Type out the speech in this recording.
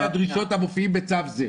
כתוב "עומד בדרישות המפורטות בצו זה".